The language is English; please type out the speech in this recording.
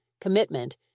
commitment